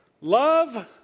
Love